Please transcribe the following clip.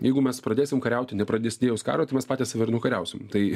jeigu mes pradėsim kariauti nepradisidėjus karui tai mes patys save ir nukariausim tai